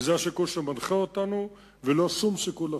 וזה השיקול שמנחה אותנו, ולא שום שיקול אחר.